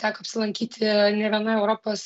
teko apsilankyti ne vienoj europos